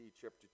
chapter